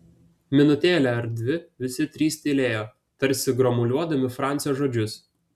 minutėlę ar dvi visi trys tylėjo tarsi gromuliuodami francio žodžius